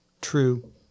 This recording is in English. True